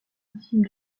intime